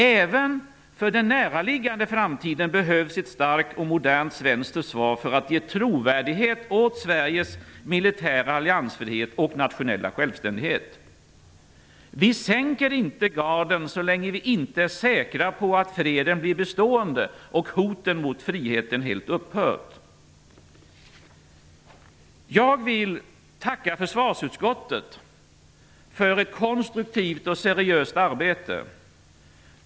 Även för den näraliggande framtiden behövs ett starkt och modernt svenskt försvar för att ge trovärdighet åt Sveriges militära alliansfrihet och nationella självständighet. Vi sänker inte garden så länge vi inte är säkra på att freden blir bestående och att hoten mot friheten helt har upphört. Jag vill tacka försvarsutskottet för ett konstruktivt och seriöst arbete.